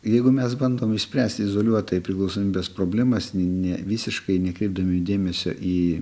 jeigu mes bandom išspręsti izoliuotai priklausomybės problemas ne visiškai nekreipdami dėmesio į